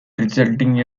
resulting